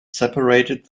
separated